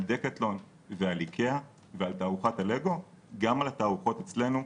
על דקטלון ועל איקאה ועל תערוכת הלגו גם על התערוכות אצלנו,